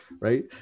Right